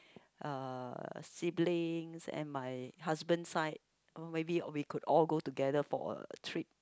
uh siblings and my husband side maybe we could all go together for a trip